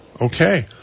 Okay